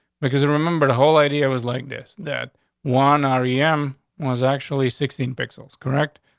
because, remember, the whole idea was like this that juan r e m was actually sixteen pixels. correct?